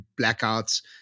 blackouts